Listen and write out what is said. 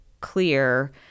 clear